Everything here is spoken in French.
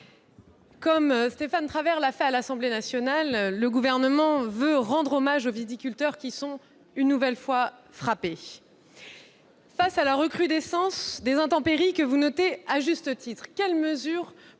Comme Stéphane Travert l'a fait à l'Assemblée nationale, je tiens à rendre hommage, au nom du Gouvernement, aux viticulteurs qui sont une nouvelle fois frappés. Face à la recrudescence des intempéries, que vous notez à juste titre, quelles mesures